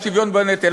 על שוויון בנטל.